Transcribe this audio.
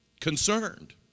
concerned